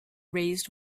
raised